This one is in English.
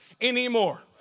anymore